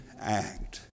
act